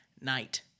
night